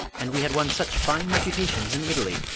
and we had won such fine reputations in italy!